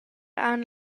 han